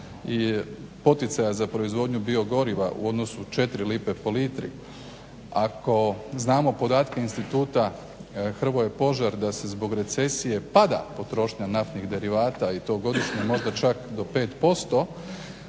poticaja za proizvodnju biogoriva u odnosu 4 lipe po litri. Ako znamo podatke Instituta "Hrvoje Požar" da zbog recesije pada potrošnja naftnih derivata i to godišnje možda čak do 5%